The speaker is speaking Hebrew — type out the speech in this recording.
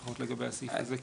לפחות לגבי הסעיף הזה.